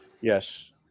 Yes